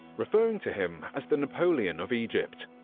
referring to him as the napoleon of egypt.